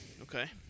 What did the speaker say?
Okay